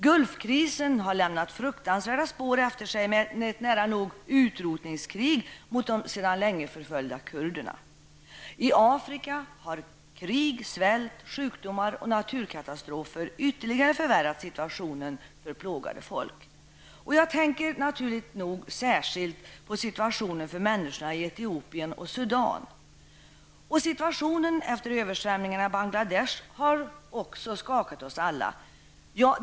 Gulfkrisen har lämnat fruktansvärda spår efter sig med nära nog ett utrotningskrig mot de sedan länge förföljda kurderna. I Afrika har krig, svält, sjukdomar och naturkatastrofer ytterligare förvärrat situtationen för plågade folk. Jag tänker naturligt nog särskilt på situationen för människorna i Etiopien och Sudan. Och situationen efter översvämningarna i Bangladesh har skakat om oss alla.